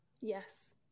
Yes